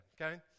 Okay